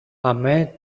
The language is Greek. αμέ